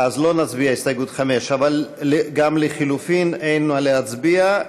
אז לא נצביע על הסתייגות 5. גם לחלופין אין מה להצביע,